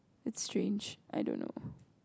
it's strange I don't know